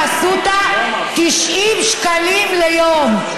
באסותא: 90 שקלים ליום.